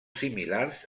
similars